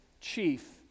chief